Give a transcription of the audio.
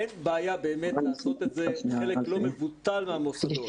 אין בעיה באמת לעשות את זה בחלק לא מבוטל מהמוסדות.